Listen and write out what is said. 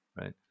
Right